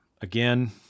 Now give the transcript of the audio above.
Again